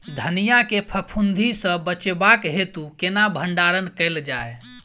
धनिया केँ फफूंदी सऽ बचेबाक हेतु केना भण्डारण कैल जाए?